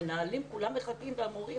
המנהלים והמורים מחכים.